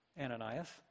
Ananias